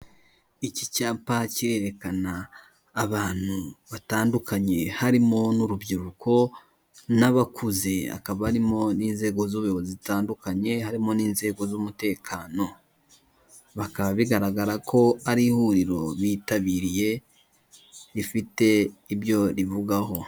Iki cyapa kirerekana abantu batandukanye harimo n'urubyiruko n'abakuze, hakaba harimo n'inzego z'ubuyobozi zitandukanye, harimo n'inzego z'umutekano. Bikaba bigaragara ko ari ihuriro bitabiriye rifite ibyo rivugaho.